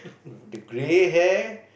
with the gray hair